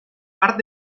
part